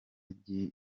kibi